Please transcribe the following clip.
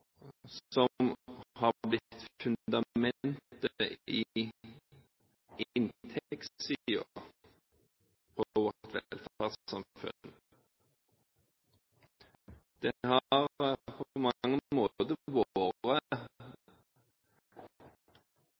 som har blitt fundamentet i inntektssiden for vårt velferdssamfunn. Det har på mange